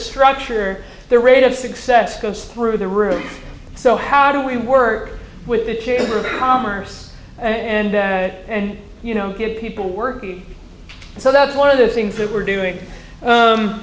structure their rate of success goes through the roof so how do we work with the chamber of commerce and and you know get people working so that's one of the things that we're doing